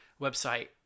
website